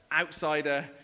outsider